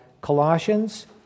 Colossians